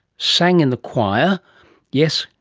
sang in the choir yes,